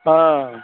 हँ